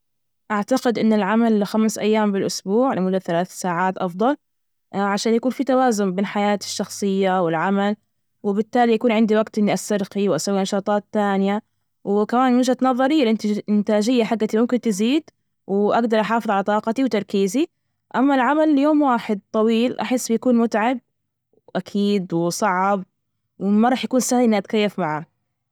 أعتقد أن العمل لخمس أيام بالأسبوع لمدة ثلاث ساعات أفضل عشان يكون في توازن بين حياتي الشخصية والعمل، وبالتالي يكون عندي وقت إني أسترخى وأسوي نشاطات تانيه، وكمان من وجهة نظري الإنتاج- الإنتاجية حجتي ممكن تزيد وأجدر أحافظ على طاقتي وتركيزي، أما العمل ليوم واحد طويل أحس بيكون متعب وأكيد وصعب، وما راح يكون سهل إني أتكيف معاه.